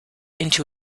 into